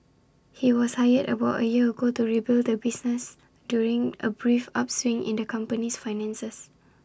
he was hired about A year ago to rebuild the business during A brief upswing in the company's finances